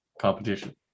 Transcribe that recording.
competition